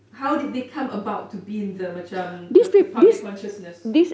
how did they come about to be in the macam the public's consciousness